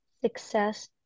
success